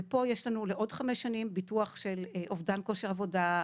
ופה יש לנו לעוד חמש שנים ביטוח של אובדן כושר עבודה,